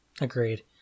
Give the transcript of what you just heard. Agreed